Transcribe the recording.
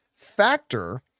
Factor